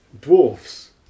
dwarfs